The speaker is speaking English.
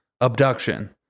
abduction